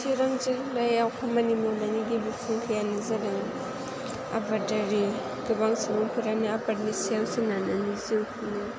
चिरां जिल्लायाव खामानि मावनायनि गिबि फुंखायानो जादों आबाद गोबां सुबुंफोरानो आबादनि सायाव सोनारनानै जिउ खुङो